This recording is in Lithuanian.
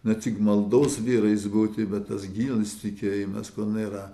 ne tik maldos vyrais būti bet tas gyvas tikėjimas nėra